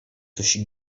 coś